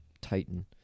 titan